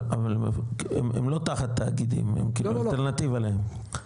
לא אבל הם לא תחת תאגידים הם אלטרנטיבה להם?